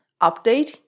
update